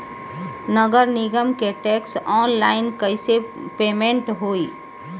नगर निगम के टैक्स ऑनलाइन कईसे पेमेंट होई?